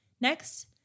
Next